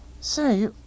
say